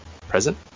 present